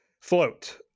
float